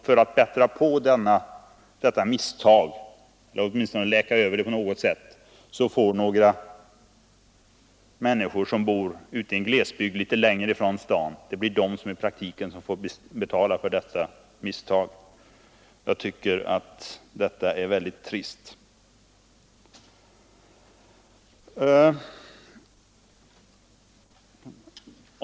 För att undanröja detta misstag eller för att åtminstone camouflera det på något sätt får några människor som bor i en glesbygd litet längre från staden i praktiken betala för detta misstag. Det tycker jag är väldigt trist.